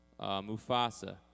Mufasa